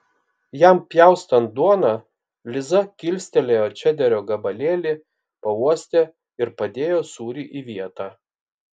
jam pjaustant duoną liza kilstelėjo čederio gabalėlį pauostė ir padėjo sūrį į vietą